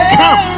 come